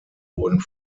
wurden